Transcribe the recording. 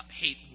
hate